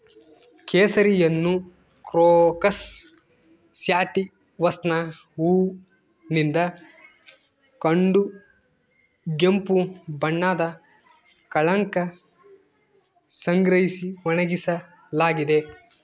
ಕೇಸರಿಯನ್ನುಕ್ರೋಕಸ್ ಸ್ಯಾಟಿವಸ್ನ ಹೂವಿನಿಂದ ಕಡುಗೆಂಪು ಬಣ್ಣದ ಕಳಂಕ ಸಂಗ್ರಹಿಸಿ ಒಣಗಿಸಲಾಗಿದೆ